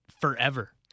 forever